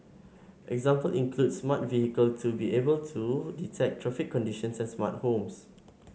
examples include smart vehicle to be able to detect traffic conditions and smart homes